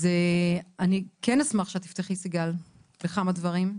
אז אני כן אשמח שאת תפתחי, סיגל, בכמה דברים.